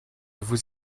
vous